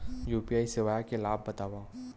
UPI सेवाएं के लाभ बतावव?